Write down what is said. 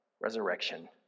Resurrection